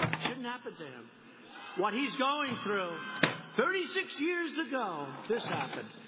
shouldn't happen to him what he's going through thirty six years ago this happened.